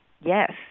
yes